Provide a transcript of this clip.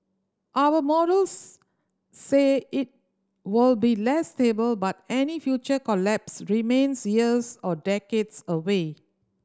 our models say it will be less stable but any future collapse remains years or decades away